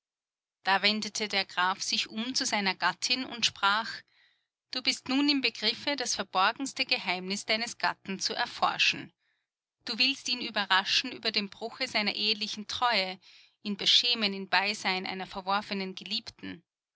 da wendete der graf sich um zu seiner gattin und sprach du bist nun im begriffe das verborgenste geheimnis deines gatten zu erforschen du willst ihn überraschen über dem bruche seiner ehelichen treue ihn beschämen in beisein einer verworfenen geliebten